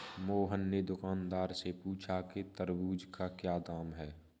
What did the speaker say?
मोहन ने दुकानदार से पूछा कि तरबूज़ का क्या दाम है?